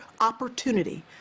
opportunity